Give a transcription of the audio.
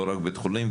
לא רק בתי חולים,